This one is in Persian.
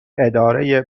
اداره